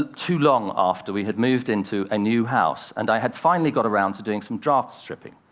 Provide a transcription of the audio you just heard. too long after we had moved into a new house. and i had finally got around to doing some draft stripping,